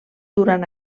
durant